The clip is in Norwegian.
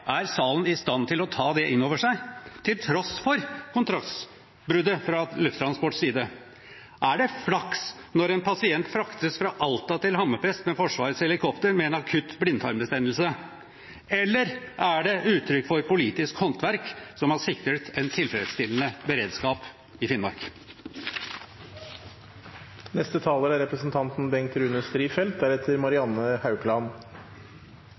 Er salen i stand til å ta det inn over seg? Er det flaks når en pasient fraktes fra Alta til Hammerfest med Forsvarets helikopter med akutt blindtarmbetennelse? Eller er det uttrykk for politisk håndverk, som har sikret en tilfredsstillende beredskap i Finnmark? Luftambulanse er